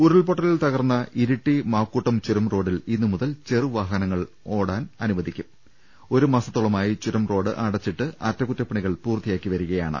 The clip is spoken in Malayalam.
ഉരുൾപൊട്ടലിൽ തകർന്ന ഇരിട്ടി മാക്കൂട്ടം ചുരം റോഡിൽ ഇന്നുമുതൽ ചെറുവാഹനങ്ങൾ ഓടാൻ അനു വദിക്കും ഒരു് മാസത്തോളമായി ചുരം റോഡ് അടച്ചിട്ട് അറ്റകുറ്റപ്പണികൾ പൂർത്തിയാക്കുകയാണ്